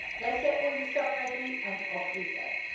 let's get all your stuff ready and off we go